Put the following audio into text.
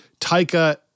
Tyka